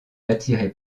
attirait